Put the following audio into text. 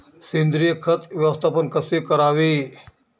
सेंद्रिय खत व्यवस्थापन कसे करावे?